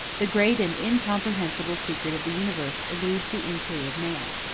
the great and incomprehensible secret of the universe eludes the inquiry of man.